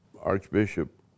archbishop